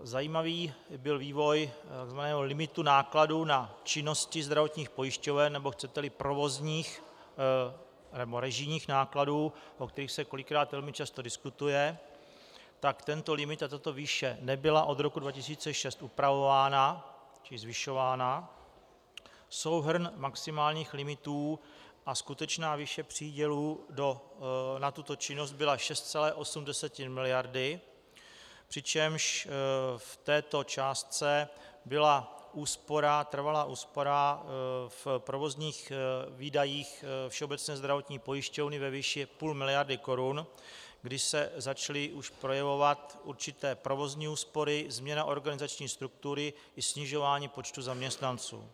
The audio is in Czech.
Zajímavý byl vývoj limitu nákladů na činnosti zdravotních pojišťoven, nebo chceteli režijních nákladů, o kterých se kolikrát velmi často diskutuje, tak tento limit a tato výše nebyla od roku 2006 upravována, čili zvyšována, souhrn maximálních limitů a skutečná výše přídělů na tuto činnost byla 6,8 mld., přičemž v této částce byla trvalá úspora v provozních výdajích Všeobecné zdravotní pojišťovny ve výši půl miliardy korun, kdy se už začaly projevovat určité provozní úspory, změna organizační struktury i snižování počtu zaměstnanců.